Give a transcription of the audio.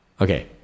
Okay